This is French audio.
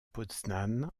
poznań